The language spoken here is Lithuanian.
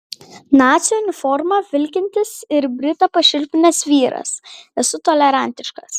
nacių uniforma vilkintis ir britą pašiurpinęs vyras esu tolerantiškas